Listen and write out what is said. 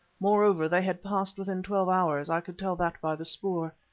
moreover, they had passed within twelve hours i could tell that by the spoor.